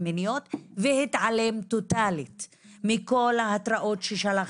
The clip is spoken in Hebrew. מיניות והתעלם טוטאלית מכל ההתרעות ששלחתי.